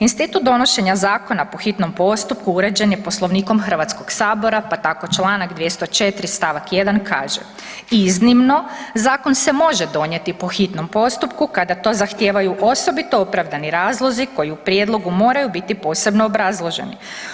Institut donošenja zakona po hitnom postupku uređen je Poslovnikom Hrvatskog sabora pa tako Članak 204. stavak 1. kaže, iznimno zakon se može donijeti po hitnom postupku kada to zahtijevaju osobito opravdani razlozi koji u prijedlogu moraju biti posebno obrazloženi.